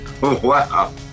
Wow